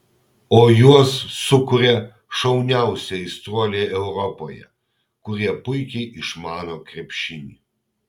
o juos sukuria šauniausi aistruoliai europoje kurie puikiai išmano krepšinį